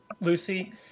Lucy